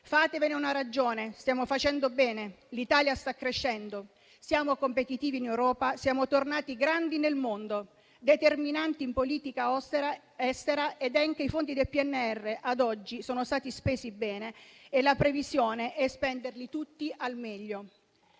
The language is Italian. Fatevene una ragione: stiamo facendo bene, l'Italia sta crescendo, siamo competitivi in Europa, siamo tornati grandi nel mondo, determinanti in politica estera ed anche i fondi del PNRR ad oggi sono stati spesi bene e la previsione è spenderli tutti al meglio.